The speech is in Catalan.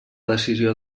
decisió